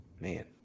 Man